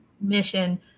mission